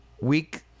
Week